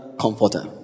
comforter